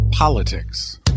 Politics